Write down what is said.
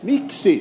miksi